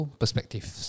perspectives